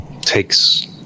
Takes